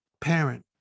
parent